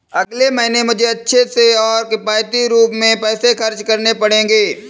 अगले महीने मुझे अच्छे से और किफायती रूप में पैसे खर्च करने पड़ेंगे